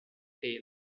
tail